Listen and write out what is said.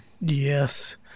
Yes